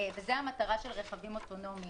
וזו המטרה של רכבים אוטונומיים.